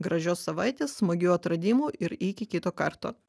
gražios savaitės smagių atradimų ir iki kito karto